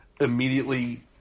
immediately